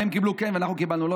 והם קיבלו "כן" ואנחנו קיבלנו "לא",